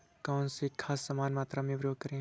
कौन सी खाद समान मात्रा में प्रयोग करें?